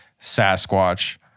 Sasquatch